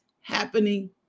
happening